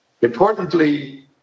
importantly